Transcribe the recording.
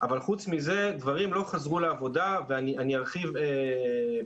אבל חוץ מזה דברים לא חזרו לעבודה וברשותכם אני ארחיב ואומר